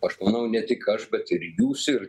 aš manau ne tik aš bet ir jūs ir